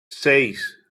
seis